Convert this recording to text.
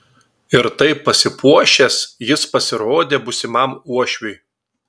ir taip pasipuošęs jis pasirodė būsimam uošviui